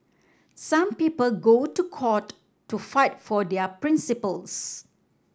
some people go to court to fight for their principles